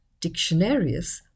dictionarius